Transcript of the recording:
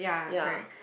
ya